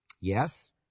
Yes